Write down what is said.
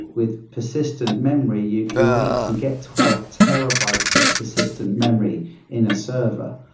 with persistent memory, you you already can get twelve terabytes of persistent memory in a server.